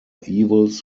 evils